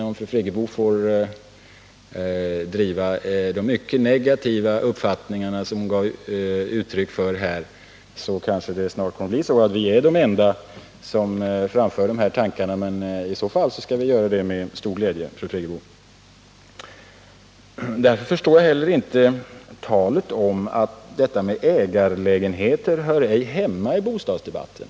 Om fru Friggebo får driva de mycket negativa uppfattningar som hon här har givit uttryck för kan det kanske komma att bli så, att vi blir de enda som framför de här tankarna. I så fall skall vi göra det med stor glädje, fru Friggebo. Därför förstår jag inte heller talet om att ägarlägenheter inte hör hemma i bostadsdebatten.